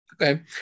okay